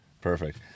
Perfect